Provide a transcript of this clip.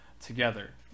together